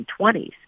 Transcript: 1920s